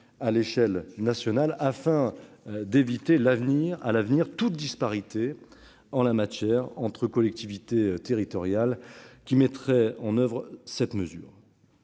à l'échelle nationale, afin d'éviter à l'avenir toute disparité en la matière entre les collectivités territoriales qui mettraient en oeuvre ce dispositif.